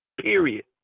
period